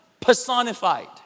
personified